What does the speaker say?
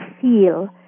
feel